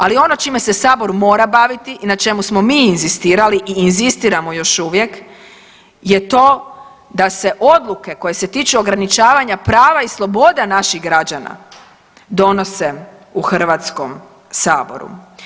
Ali ono čime se Sabor mora baviti i na čemu smo mi inzistirali i inzistiramo još uvijek je to da se odluke koje se tiču ograničavanja prava i sloboda naših građana donose u Hrvatskom saboru.